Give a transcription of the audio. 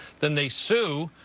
then they sue.